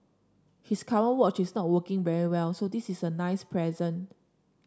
his current watch is not working very well so this is a nice present